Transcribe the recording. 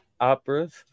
operas